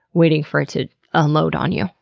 waiting for it to unload on you.